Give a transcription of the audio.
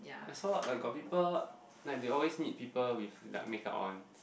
I saw like got people like they always need people with like make up one